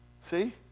See